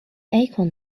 acorn